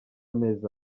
amezi